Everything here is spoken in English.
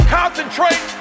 concentrate